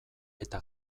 eta